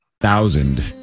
thousand